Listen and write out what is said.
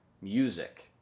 music